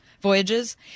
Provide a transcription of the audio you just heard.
voyages